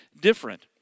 different